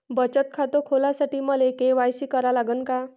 बचत खात खोलासाठी मले के.वाय.सी करा लागन का?